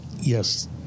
yes